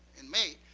in may,